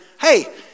hey